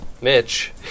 Mitch